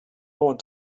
want